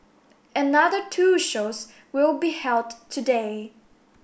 another two shows will be held today